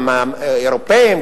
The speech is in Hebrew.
גם אירופים,